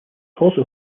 also